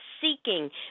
seeking